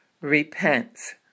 repents